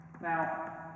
Now